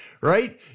right